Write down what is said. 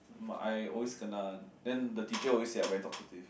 my I always kind a then the teacher always say I very talkative